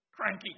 Cranky